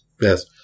Yes